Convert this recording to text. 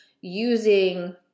using